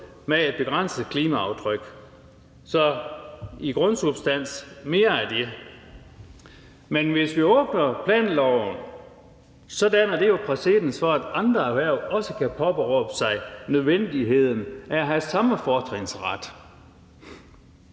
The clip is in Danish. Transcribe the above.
med et begrænset klimaaftryk. Så i grundsubstansen vil jeg sige mere af det. Men hvis vi åbner planloven, danner det præcedens for, at andre erhverv også kan påberåbe sig nødvendigheden af at have samme fortrinsret.